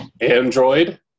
android